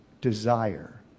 desire